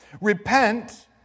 repent